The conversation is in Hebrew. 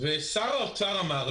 ושר האוצר אמר,